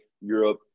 Europe